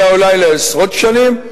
אלא אולי לעשרות שנים,